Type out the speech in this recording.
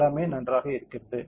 எல்லாமே நன்றாக இருக்கிறது